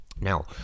Now